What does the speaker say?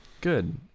good